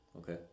Okay